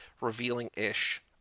revealing-ish